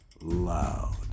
loud